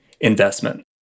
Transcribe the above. investment